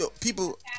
People